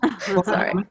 sorry